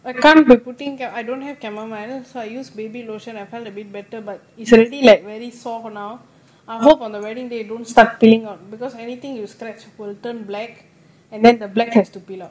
I can't be putting here I don't have chamomile so I use baby lotion I felt a bit better but you it's already like very sore now I hope on the wedding day don't start peeling out because anything you scratch will turn black and then the black has to peel out